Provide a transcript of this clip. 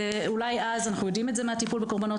ואולי אז אנחנו יודעים זאת מהטיפול בקרבנות